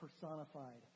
personified